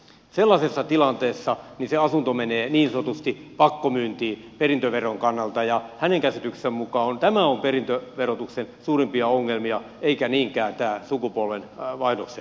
sellaisessa tilanteessa se asunto menee niin sanotusti pakkomyyntiin perintöveron kannalta ja hänen käsityksensä mukaan tämä on perintöverotuksen suurimpia ongelmia eivätkä niinkään ja sukupuoleen kaavailluksi